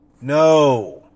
No